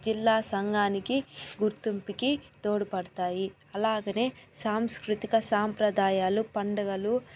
జిల్లా సంఘానికి గుర్తింపుకి తోడ్పడతాయి అలాగనే సాంస్కృతిక సాంప్రదాయాలు పండుగలు